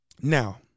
Now